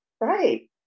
Right